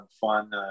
fun